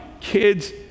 kids